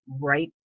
right